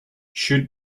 should